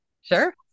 sure